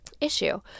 issue